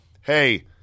Hey